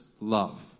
love